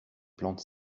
plantes